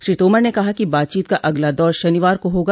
श्री तोमर ने कहा कि बातचीत का अगला दौर शनिवार को होगा